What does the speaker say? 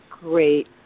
Great